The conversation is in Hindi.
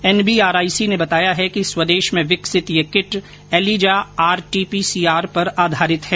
एनबीआरआईसी ने बताया है कि स्वदेश में विकसित यह किट एलिजा आरटीपीसीआर पर आधारित है